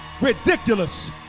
ridiculous